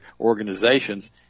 organizations